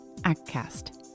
ActCast